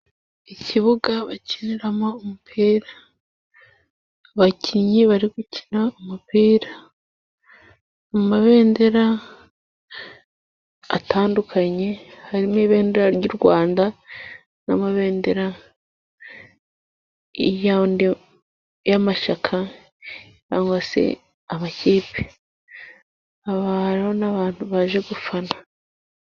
Ikibuga bakiniramo umupira. Abakinnyi bari gukina umupira. Mu mabendera atandukanye harimo ibendera ry'u Rwanda n'amabendera y'amashyaka cyangwa seamakipe . Aha hariho n'abantu baje gufana.